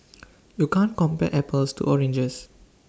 you can't compare apples to oranges